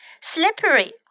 slippery